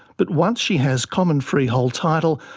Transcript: but once she has common freehold title,